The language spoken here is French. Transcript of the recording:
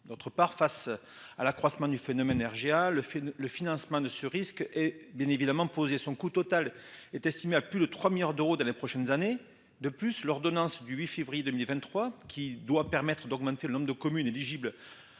D'autre part, face à l'accroissement du phénomène RGA le fait le financement de ce risque. Hé bien évidemment posé son coût total est estimé à plus de 3 milliards d'euros dans les prochaines années. De plus, l'ordonnance du 8 février 2023 qui doit permettre d'augmenter le nombre de communes éligibles